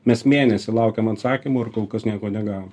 mes mėnesį laukiam atsakymo ir kol kas nieko negavom